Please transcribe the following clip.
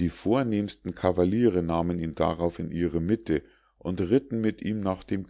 die vornehmsten cavaliere nahmen ihn darauf in ihre mitte und ritten mit ihm nach dem